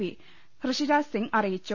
P Rishiraj Singh അറിയിച്ചു